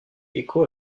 écho